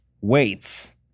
weights